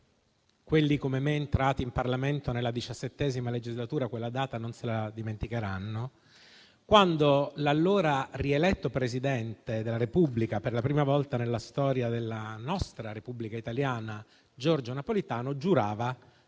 quelli come me, entrati in Parlamento nella XVII legislatura, quella data non dimenticheranno - quando l'allora rieletto Presidente della Repubblica, per la prima volta nella storia della nostra Repubblica italiana, Giorgio Napolitano giurava